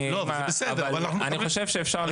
אבל אני חושב שאפשר לפתור את זה.